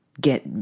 get